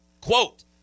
Quote